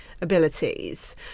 abilities